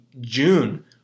June